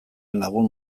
lagun